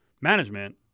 management